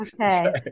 Okay